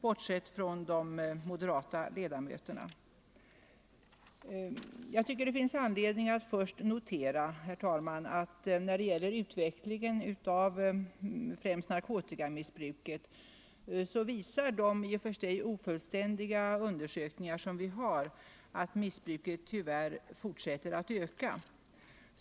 Jag tycker, herr talman, det finns anledning att först notera att de i och för sig ofullständiga undersökningar som gjorts visar att narkotikamissbruket tyvärr fortsätter att öka.